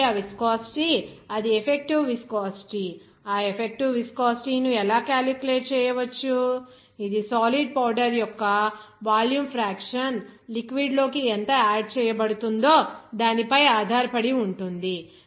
కాబట్టి ఆ విస్కోసిటీ అది ఎఫెక్టివ్ విస్కోసిటీ ఆ ఎఫెక్టివ్ విస్కోసిటీ ను ఎలా క్యాలిక్యులేట్ చేయవచ్చు ఇది సాలిడ్ పౌడర్ యొక్క వాల్యూమ్ ఫ్రాక్షన్ లిక్విడ్ లోకి ఎంత ఆడ్ చేయబడుతుందో దానిపై ఆధారపడి ఉంటుంది